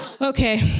Okay